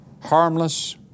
harmless